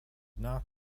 not